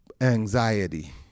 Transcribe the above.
Anxiety